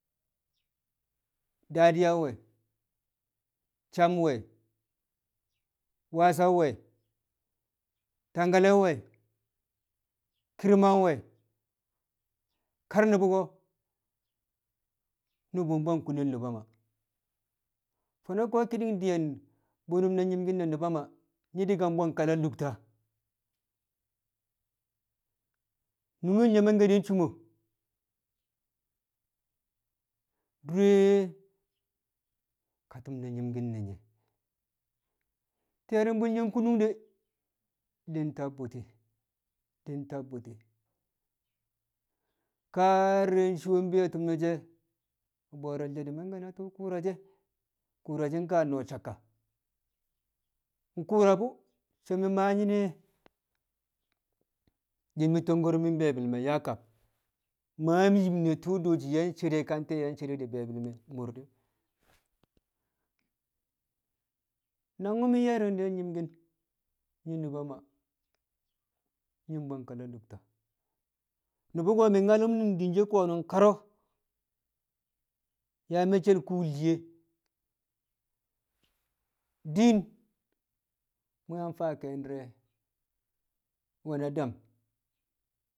Dadiya nwe, Cham nwe, Wassa nwe, Tangkale̱ nwe, Ki̱rma nwe, kar nu̱bu̱ ko̱ nu̱bu̱ bwang kunel nu̱ba Maa, fo̱no̱ ko̱ ki̱ni̱ng diyen bunum ne̱ nyi̱mki̱n ne̱ nu̱ba Maa nyi̱ ka bwang kala lu̱tta nungel nye̱ mangke̱ di̱ suumo dure kati̱ng ne̱ nyi̱mki̱n ye̱, ti̱yẹru̱mbu̱l nye̱ kunun de̱ di̱ tab bu̱ti̱ di̱ tab bu̱ti̱ ka di̱re̱ coo bee tu̱m ne̱ she̱ a bo̱o̱re̱l she̱ mangke na tu̱u̱ ku̱u̱ra she̱, ku̱u̱rashi̱ nka noo saka, nku̱u̱ra bu̱ so̱ mi̱ nyine di̱ mi̱ tokkormin be̱e̱bi̱l me̱ yaa kabe, mam yin ne̱ tu̱u̱ dooshi yang cere ka nte̱e̱ yang cere di̱ be̱e̱bɪl me̱ mor de̱ nangwu̱ mi̱ ye̱rni̱n de̱ nyi̱mki̱n nuba Maa nyi̱ bwang kala lu̱tta. Nu̱bu̱ mị nnyalu̱m din she̱ kar yaa me̱cce̱l kuu le shiye, din mu̱ yang faa ke̱e̱shi̱ di̱re̱ we̱na dam